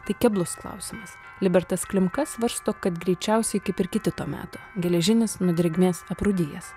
tai keblus klausimas libertas klimka svarsto kad greičiausiai kaip ir kiti to meto geležinis nuo drėgmės aprūdijęs